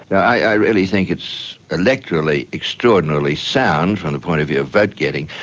i really think it's electorally extraordinary sound from the point of view of vote getting,